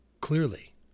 Clearly